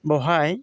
बावहाय